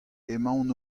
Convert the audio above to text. emaon